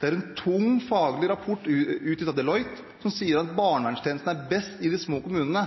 Det er en faglig tung rapport utgitt av Deloitte som sier at barnevernstjenestene er best i de små kommunene.